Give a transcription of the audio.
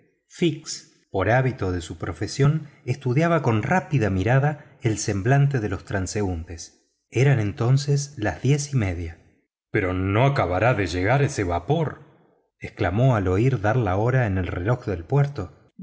por hábito de su profesión estudiaba con rápida mirada el semblante de los transeúntes eran entonces las diez y media pero no acabará de llegar ese vapor exclamó al oír dar la hora en el reloj del puerto